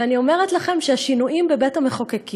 אני אומרת לכם שהשינויים בבית-המחוקקים,